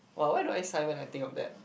!wah! why do I sigh when I think of that